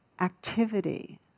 activity